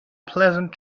pleasant